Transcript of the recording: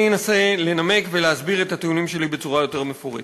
אני אנסה לנמק ולהסביר את הטיעונים שלי בצורה יותר מפורטת.